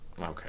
Okay